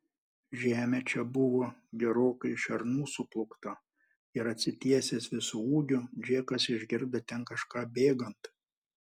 žemė čia buvo gerokai šernų suplūkta ir atsitiesęs visu ūgiu džekas išgirdo ten kažką bėgant